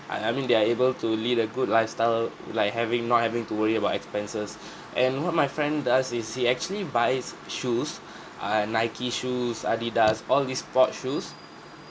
I I mean they are able to lead a good lifestyle like having not having to worry about expenses and what my friend does is he actually buys shoes err nike shoes adidas all these sport shoes